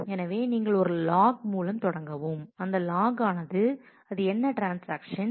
எனவே நீங்கள் ஒரு லாக் மூலம் தொடங்கவும் அந்த லாக் ஆனது அது என்ன ட்ரான்ஸாக்ஷன்ஸ்